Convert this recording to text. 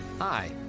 Hi